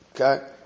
Okay